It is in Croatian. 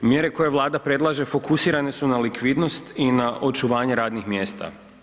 Mjere koje Vlada predlaže fokusirane su na likvidnost i na očuvanje radnih mjesta.